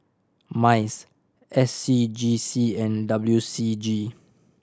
MICE S C G C and W C G